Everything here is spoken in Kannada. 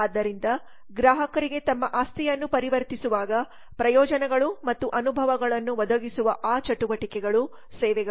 ಆದ್ದರಿಂದ ಗ್ರಾಹಕರಿಗೆ ತಮ್ಮ ಆಸ್ತಿಯನ್ನು ಪರಿವರ್ತಿಸುವಾಗ ಪ್ರಯೋಜನಗಳು ಮತ್ತು ಅನುಭವಗಳನ್ನು ಒದಗಿಸುವ ಆ ಚಟುವಟಿಕೆಗಳ ಸೇವೆಗಳು